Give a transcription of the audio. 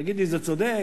תגיד לי, זה צודק?